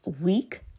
week